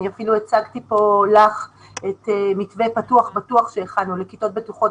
אני אפילו הצגתי פה לך את מתווה "פתוח-בטוח" שהכנו לכיתות בטוחות,